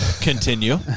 Continue